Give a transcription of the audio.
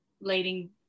leading